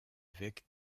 avec